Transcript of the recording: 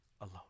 alone